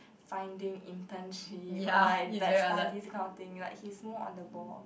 finding internship like like study this kind of thing like he is more on the ball